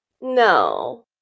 No